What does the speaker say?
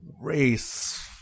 race